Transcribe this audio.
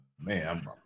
man